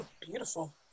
beautiful